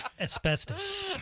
Asbestos